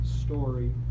story